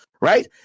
right